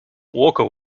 walker